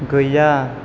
गैया